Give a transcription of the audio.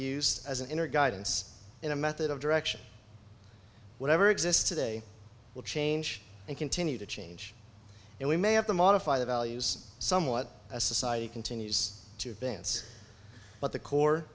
used as an inner guidance in a method of direction whatever exists today will change and continue to change and we may have to modify the values somewhat as society continues to bantz but the core